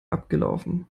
abgelaufen